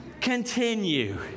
continue